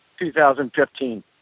2015